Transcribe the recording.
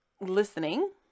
listening